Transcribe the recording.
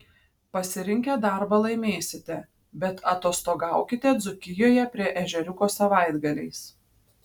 pasirinkę darbą laimėsite bet atostogaukite dzūkijoje prie ežeriuko savaitgaliais